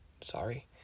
Sorry